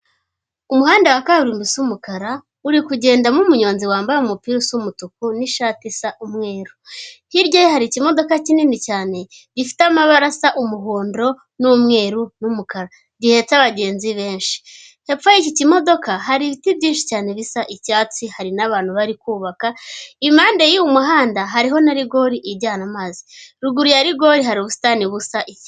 Umuhanda wa kaburimbo usa umukara, uri kugendamo umunyonzi wambaye umupira usa umutuku n'ishati isa n'umweru. Hirya ye hari ikimodoka kinini cyane, gifite amabara asa umuhondo n'umweru n'umukara. Gihetse abagenzi benshi. Hepfo y'iki kimodoka, hari ibiti byinshi cyane bisa icyatsi hari n'abantu bari kubaka, impande y'uyu muhanda, hariho na rigori ijyana amazi. Ruguru ya rigori hari ubusitani busa ...